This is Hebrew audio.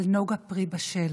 על נוגה פרי בשל